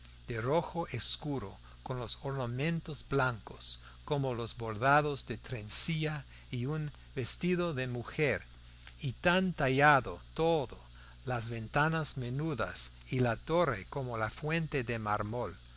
de rojo oscuro con los ornamentos blancos como los bordados de trencilla en un vestido de mujer y tan tallado todo las ventanas menudas y la torre como la fuente de mármol